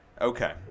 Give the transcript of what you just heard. Okay